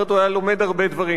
אחרת הוא היה לומד הרבה דברים.